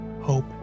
hope